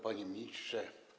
Panie Ministrze!